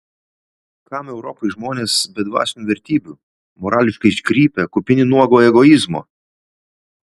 kam europai žmonės be dvasinių vertybių morališkai iškrypę kupini nuogo egoizmo